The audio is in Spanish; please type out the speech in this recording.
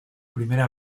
primera